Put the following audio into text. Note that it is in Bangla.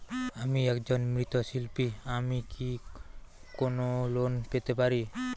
আমি একজন মৃৎ শিল্পী আমি কি কোন লোন পেতে পারি?